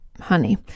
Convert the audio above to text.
Honey